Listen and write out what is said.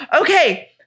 Okay